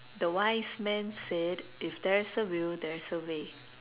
the wise man said if there is a will there is a way